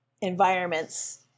environments